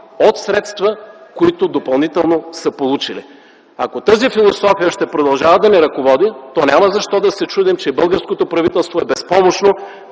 от средства, които допълнително са получили. Ако тази философия ще продължава да ни ръководи, няма защо да се чудим, че българското правителство е безпомощно